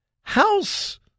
house